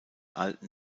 alten